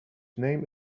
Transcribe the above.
name